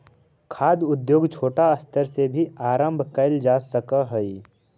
खाद्य उद्योग छोटा स्तर से भी आरंभ कैल जा सक हइ